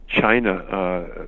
China